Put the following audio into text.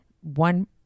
one